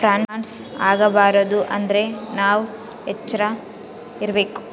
frauds ಆಗಬಾರದು ಅಂದ್ರೆ ನಾವ್ ಎಚ್ರ ಇರ್ಬೇಕು